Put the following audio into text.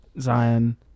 Zion